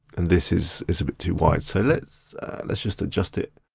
and this is is a bit too wide. so let's let's just adjust it.